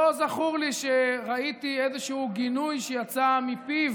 לא זכור לי שראיתי איזשהו גינוי שיצא מפיו